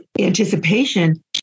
anticipation